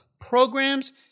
programs